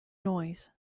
noise